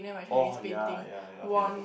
oh ya ya ya okay